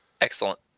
Excellent